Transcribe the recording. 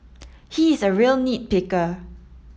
he is a real nit picker